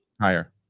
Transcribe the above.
Higher